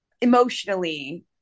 emotionally